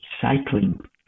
cycling